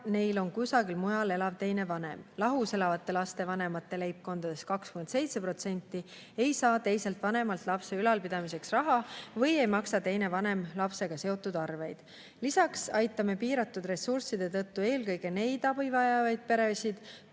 ja neil on kusagil mujal elav teine vanem. Lahus elavate lastevanemate leibkondadest 27% ei saa teiselt vanemalt lapse ülalpidamiseks raha või ei maksa teine vanem lapsega seotud arveid. Lisaks aitame piiratud ressursside tõttu eelkõige neid abi vajavaid peresid,